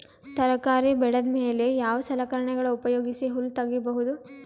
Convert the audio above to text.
ತರಕಾರಿ ಬೆಳದ ಮೇಲೆ ಯಾವ ಸಲಕರಣೆಗಳ ಉಪಯೋಗಿಸಿ ಹುಲ್ಲ ತಗಿಬಹುದು?